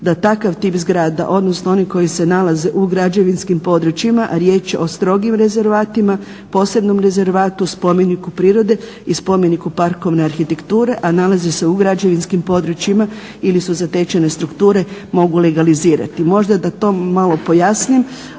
da takav tip zgrada, odnosno oni koji se nalaze u građevinskim područjima, a riječ je o strogim rezervatima, posebnom rezervatu, spomeniku prirode i spomeniku parkovne arhitekture, a nalazi se u građevinskim područjima ili su zatečene strukture mogu legalizirati. Možda da to malo pojasnim.